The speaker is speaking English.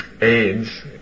AIDS